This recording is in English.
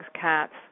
cats